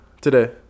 today